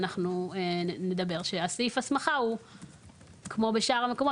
אנחנו נדבר שסעיף ההסמכה הוא כמו בשאר המקומות,